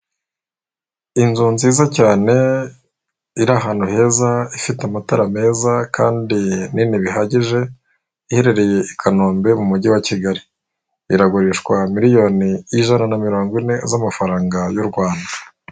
Inzu nziza cyane iri ahantu heza ifite amatara meza kandi nini bihagije, iherereye i Kanombe mu mujyi wa Kigali, iragurishwa miliyoni ijana na mirongo ine z'amafaranga y'u Rwanda.